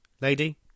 Lady